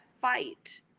fight